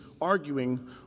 arguing